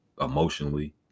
emotionally